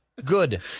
Good